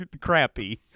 crappy